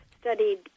studied